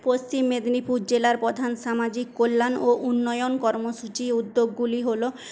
পশ্চিম মেদিনীপুর জেলার প্রধান সামাজিক কল্যাণ ও উন্নয়ন কর্মসূচি উদ্যোগগুলি হলো